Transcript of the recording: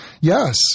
Yes